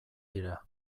dira